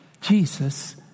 Jesus